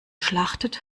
schlachtet